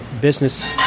business